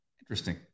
Interesting